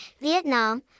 Vietnam